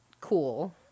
cool